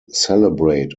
celebrate